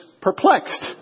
perplexed